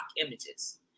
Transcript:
images